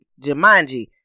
Jumanji